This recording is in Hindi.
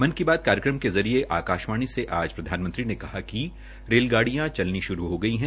मन की बात कार्यक्रम के जरिये आकाशवाणी से आज प्रधानमंत्री ने कहा कि रेलगाडिय़ां चलनी शुरू हो गई है